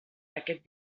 aquest